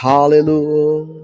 Hallelujah